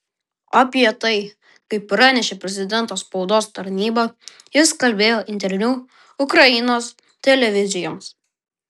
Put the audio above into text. apie tai kaip pranešė prezidento spaudos tarnyba jis kalbėjo interviu ukrainos televizijoms